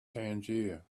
tangier